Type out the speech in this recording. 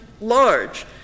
large